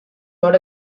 not